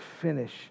finish